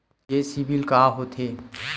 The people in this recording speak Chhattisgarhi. ये सीबिल का होथे?